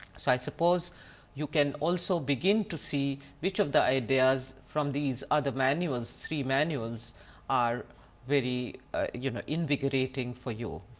so i suppose you can also begin to see which of the ideas from these other manuals, three manuals are very you know invigorating for you.